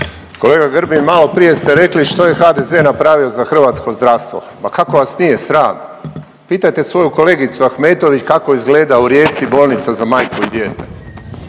Kolega Grbin malo prije ste rekli što je HDZ napravio za hrvatsko zdravstvo. Pa kako vas nije sram. Pitajte svoju kolegicu Ahmetović kako izgleda u Rijeci bolnica za majku i dijete.